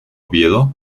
oviedo